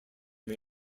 may